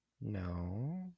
No